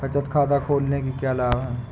बचत खाता खोलने के क्या लाभ हैं?